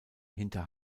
hinter